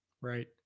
Right